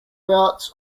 routes